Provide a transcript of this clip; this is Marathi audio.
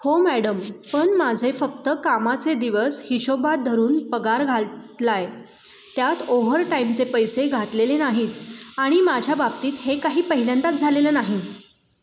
हो मॅडम पण माझे फक्त कामाचे दिवस हिशोबात धरून पगार घातला आहे त्यात ओव्हरटाईमचे पैसे घातलेले नाहीत आणि माझ्या बाबतीत हे काही पहिल्यांदाच झालेलं नाही